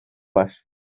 var